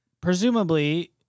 presumably